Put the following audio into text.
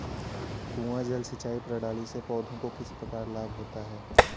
कुआँ जल सिंचाई प्रणाली से पौधों को किस प्रकार लाभ होता है?